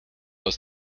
aus